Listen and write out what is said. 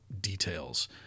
details